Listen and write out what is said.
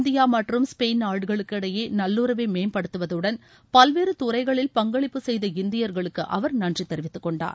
India மற்றும் Spain நாடுகளுக்கு இடையே நல்லுறவை மேம்படுத்துவதுடன் பல்வேறு துறைகளில் பங்களிப்பு செய்த இந்தியர்களுக்கு அவர் நன்றி தெரிவித்துக்கொண்டார்